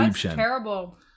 Terrible